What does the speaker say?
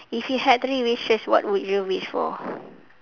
if you had three wishes what would you wish for